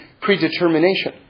predetermination